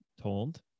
told